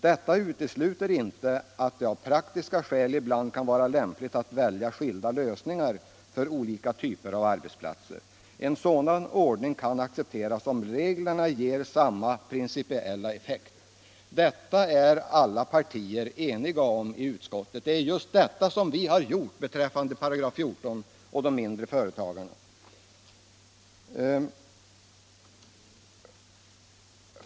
Detta utesluter inte att det av praktiska skäl ibland kan vara lämpligt att välja skilda lösningar för olika typer av arbetsplatser. En sådan ordning kan accepteras om reglerna ger samma principiella effekt.” Detta är alla partier i utskottet eniga om. Det är så vi har gjort beträffande 14 § och de mindre företagen.